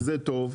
זה טוב.